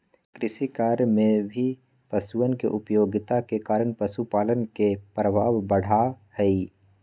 कृषिकार्य में भी पशुअन के उपयोगिता के कारण पशुपालन के प्रभाव बढ़ा हई